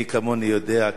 מי כמוני יודע,